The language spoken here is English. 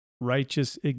righteous